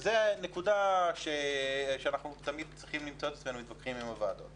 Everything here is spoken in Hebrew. זאת נקודה שאנחנו תמיד צריכים למצוא את עצמנו מתווכחים עם הוועדות.